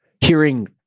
hearing